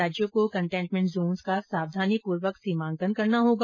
राज्यों को containment zones का सावधानीपूर्वक सीमांकन करना होगा